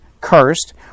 cursed